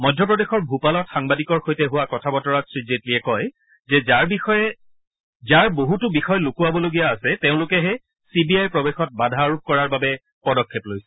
মধ্যপ্ৰদেশৰ ভূপালত সাংবাদিকৰ সৈতে হোৱা কথা বতৰাত শ্ৰী জেটলীয়ে কয় যে যাৰ বহুতো বিষয় লুকুৱাবলগীয়া আছে তেওঁলোকেহে চিবিআইৰ প্ৰৱেশত বাধা আৰোপ কৰাৰ বাবে পদক্ষেপ লৈছে